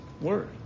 Word